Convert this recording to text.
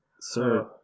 sir